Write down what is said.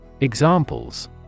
Examples